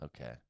Okay